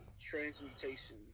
transmutation